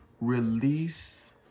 Release